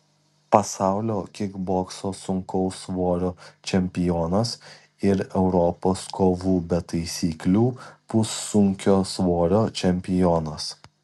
pasaulio kikbokso sunkaus svorio čempionas ir europos kovų be taisyklių pussunkio svorio čempionas